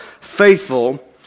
Faithful